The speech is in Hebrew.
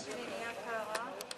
מי שבעד העברת